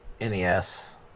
NES